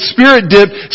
Spirit-dipped